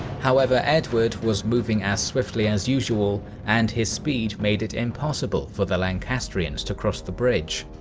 however, edward was moving as swiftly as usual, and his speed made it impossible for the lancastrians to cross the bridge.